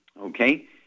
okay